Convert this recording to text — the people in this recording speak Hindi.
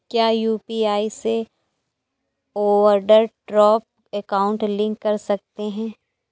क्या यू.पी.आई से ओवरड्राफ्ट अकाउंट लिंक कर सकते हैं?